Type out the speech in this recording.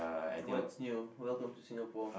what's new welcome to Singapore